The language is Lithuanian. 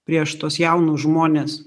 prieš tuos jaunus žmones